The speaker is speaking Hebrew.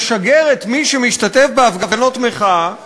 משגר את מי שמשתתף בהפגנות מחאה